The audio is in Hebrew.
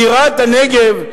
בירת הנגב,